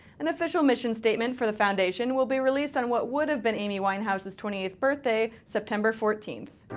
an official mission statement for the foundation will be released on what would have been amy winehouse's twenty eighth birthday, september fourteenth.